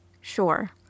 Sure